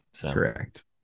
Correct